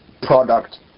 product